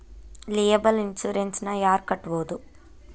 Liable insurance ನ ಯಾರ್ ಕಟ್ಬೊದು?